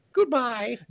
Goodbye